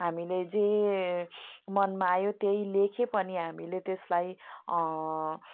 हामीले जे मनमा आयो त्यही लेखे पनि हामीले त्यसलाई